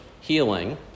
healing